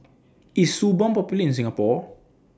IS Suu Balm Popular in Singapore